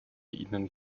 ihnen